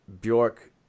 Bjork –